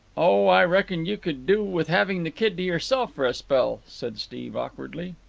oh, i reckoned you could do with having the kid to yourself for a spell, said steve awkwardly.